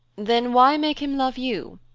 then why make him love you?